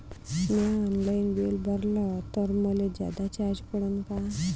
म्या online bill भरलं तर मले जादा चार्ज पडन का?